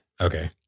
Okay